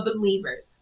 believers